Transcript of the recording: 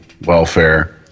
welfare